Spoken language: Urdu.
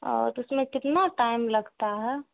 او تو اس میں کتنا ٹائم لگتا ہے